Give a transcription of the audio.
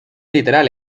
literal